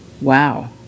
Wow